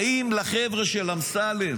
האם החבר'ה של אמסלם